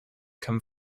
come